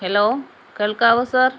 hello കേൾക്കാമോ sir